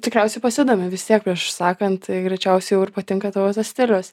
tikriausiai pasidomi vis tiek prieš užsakant tai greičiausiai jau ir patinka tavo tas stilius